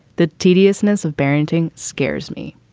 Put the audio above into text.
the tediousness of barrentine scares me,